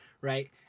right